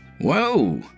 Whoa